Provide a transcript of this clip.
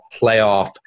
playoff